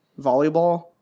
volleyball